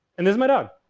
and there's my dog.